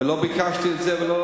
לא ביקשתי את זה.